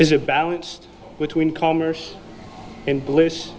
is a balance between commerce and bliss